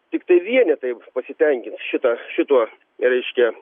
tiktai vienetai pasitenkis šita šituo reiškia